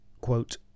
Quote